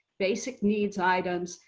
basic needs items,